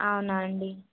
అవునా అండి